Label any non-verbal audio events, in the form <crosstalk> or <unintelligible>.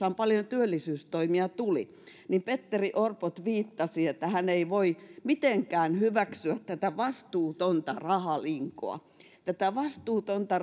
<unintelligible> on paljon työllisyystoimia petteri orpo tviittasi että hän ei voi mitenkään hyväksyä tätä vastuutonta rahalinkoa tätä vastuutonta <unintelligible>